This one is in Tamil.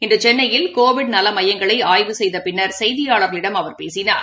இன்றுசென்னையில் கோவிட் நலமையங்களைஆய்வு செய்தபின்னர் செய்தியாளர்களிடம் அவர் பேசினார்